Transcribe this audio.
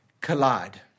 collide